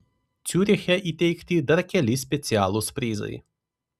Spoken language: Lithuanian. ciuriche įteikti dar keli specialūs prizai